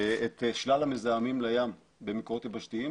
את שלל המזהמים לים ממקורות יבשתיים,